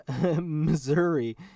Missouri